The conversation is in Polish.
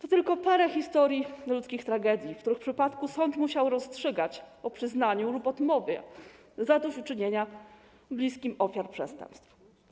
To tylko parę historii, ludzkich tragedii, w których przypadku sąd musiał rozstrzygać o przyznaniu lub odmowie zadośćuczynienia bliskim ofiar przestępstw.